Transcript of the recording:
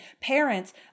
parents